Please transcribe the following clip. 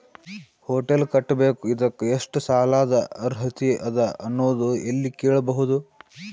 Hotel ಕಟ್ಟಬೇಕು ಇದಕ್ಕ ಎಷ್ಟ ಸಾಲಾದ ಅರ್ಹತಿ ಅದ ಅನ್ನೋದು ಎಲ್ಲಿ ಕೇಳಬಹುದು?